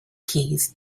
keys